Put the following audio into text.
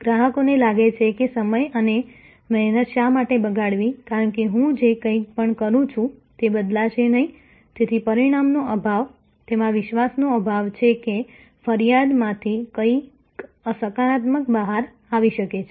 ગ્રાહકને લાગે છે કે સમય અને મહેનત શા માટે બગાડવી કારણ કે હું જે કંઈ પણ કરું છું તે બદલાશે નહીં તેથી પરિણામનો અભાવ તેમાં વિશ્વાસનો અભાવ છે કે ફરિયાદમાંથી કંઈક સકારાત્મક બહાર આવી શકે છે